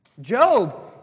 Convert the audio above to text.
Job